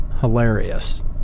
Hilarious